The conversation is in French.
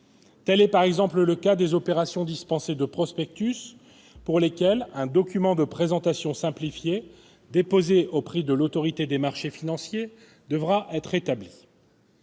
Tel est, par exemple, le cas des opérations dispensées de prospectus, pour lesquelles un document de présentation simplifié, déposé auprès de l'Autorité des marchés financiers, devra être établi.